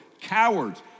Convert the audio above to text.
cowards